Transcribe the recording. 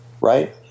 Right